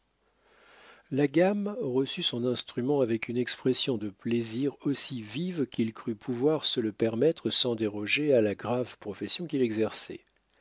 la gamme reçut son instrument avec une expression de plaisir aussi vive qu'il crut pouvoir se le permettre sans déroger à la grave profession qu'il exerçait